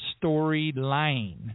storyline